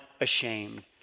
ashamed